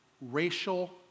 racial